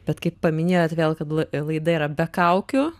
bet kaip paminėjot vėl kad laida yra be kaukių